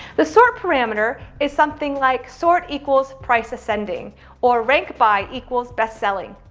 the sort parameter is something like sort equals price ascending or rank by equals bestselling.